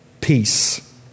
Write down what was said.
peace